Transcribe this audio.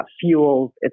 fuels